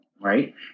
right